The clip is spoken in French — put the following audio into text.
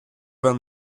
vingt